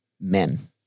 men